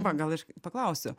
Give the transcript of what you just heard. va gal aš paklausiu